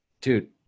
dude